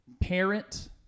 Parent